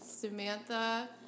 Samantha